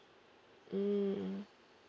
mm